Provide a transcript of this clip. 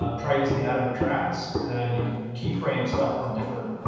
um try using the additive tracks. and you can key frame stuff on different